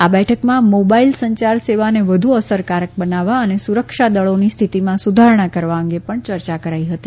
આ બેઠકમાં મોબાઈલ સંચાર સેવાને વધુ અસરકારક બનાવવા અને સુરક્ષા દળોની સ્થિતિમાં સુધારણા કરવા અંગે પણ ચર્ચા કરાઈ હતી